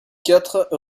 quatre